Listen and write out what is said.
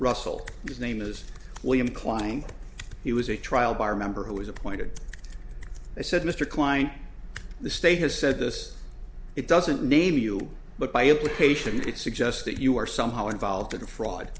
russell his name is william klein he was a trial by remember who was appointed i said mr kline the state has said this it doesn't name you but by implication it suggests that you are somehow involved in the fraud